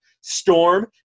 Storm